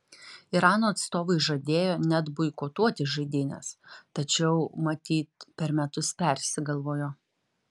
irano atstovai žadėjo net boikotuoti žaidynes tačiau matyt per metus persigalvojo